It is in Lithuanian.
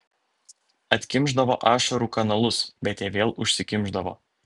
atkimšdavo ašarų kanalus bet jie vėl užsikimšdavo